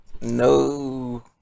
No